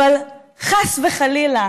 אבל חס וחלילה